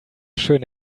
schön